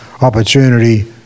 opportunity